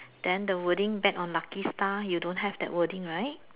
then the wording back on lucky star you don't have that wording right